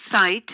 site